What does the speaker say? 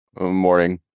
Morning